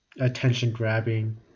attention-grabbing